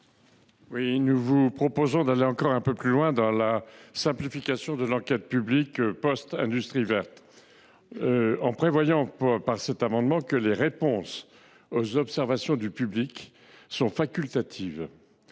nous vous proposons d’aller encore un peu plus loin dans la simplification de l’enquête publique née de la loi Industrie verte en prévoyant, par cet amendement, que les réponses aux observations du public sont facultatives.